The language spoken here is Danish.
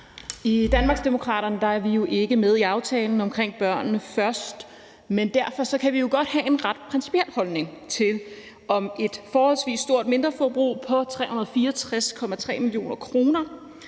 I Danmarksdemokraterne er vi ikke med i aftalen om »Børnene Først«, men derfor kan vi jo godt have en principiel holdning til, om et forholdsvis stort mindreforbrug på 364,3 mio. kr.